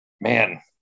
man